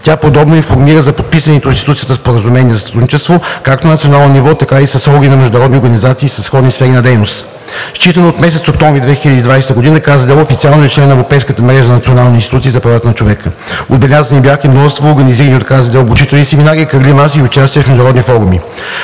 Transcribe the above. Тя подробно информира за подписаните от институцията споразумения за сътрудничество както на национално ниво, така и с органи на международни организации със сходни сфери на дейност. Считано от месец октомври 2020 г. КЗД официално е член на Европейската мрежа за национални институции за правата на човека. Отбелязани бяха и множеството организирани от КЗД обучителни семинари, кръгли маси и участия в международни форуми